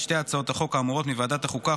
שתי הצעות החוק האמורות מוועדת החוקה,